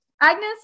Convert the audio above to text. Agnes